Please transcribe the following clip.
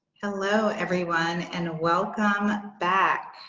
hello, everyone. and welcome back.